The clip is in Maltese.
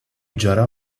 ġara